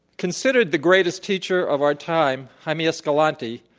consider the greatest teacher of our time, jaime escalante,